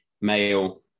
male